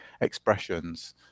expressions